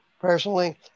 personally